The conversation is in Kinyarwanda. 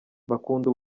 bakunda